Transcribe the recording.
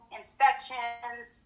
inspections